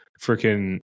freaking